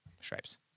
Stripes